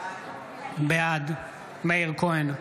בעד מאיר כהן,